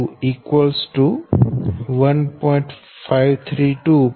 532 j 1